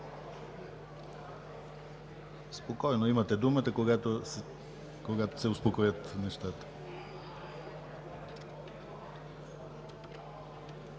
реплики.) Имате думата, когато се успокоят нещата.